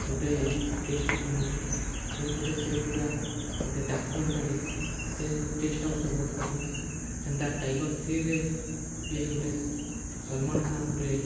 ଗୁଟେ ଡ୍ରେସ୍ଟେ ପିନ୍ଧିଚେ ଯେନ୍ଥିରେ ସେ ପୁରା ଗୁଟେ ଡାକୁ ଏନ୍ତା ଦିଶ୍ସିି ଆର୍ ସେ ଡ୍ରେସ୍ଟା ମତେ ବହୁତ୍ ପସନ୍ଦ୍ ଲାଗିଚେ ସେନ୍ତା ଟାଇଗର୍ ଥ୍ରୀରେ ବିଲ୍ ଗୁଟେ ସଲ୍ମାନ୍ ଖାନ୍ ଗୁଟେ